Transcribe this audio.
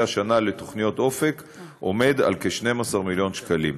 השנה לתוכניות אופק הוא כ-12 מיליון ש"ח.